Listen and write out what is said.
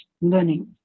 learning